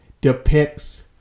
depicts